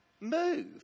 move